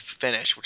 finish